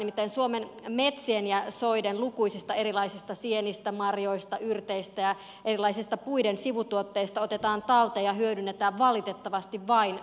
nimittäin suomen metsien ja soiden lukuisista erilaisista sienistä marjoista yrteistä erilaisista puiden sivutuotteista otetaan talteen ja hyödynnetään valitettavasti vain murto osa